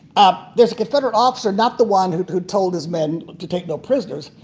ah there's a confederate officer, not the one who who told his men to take no prisoners,